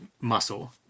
muscle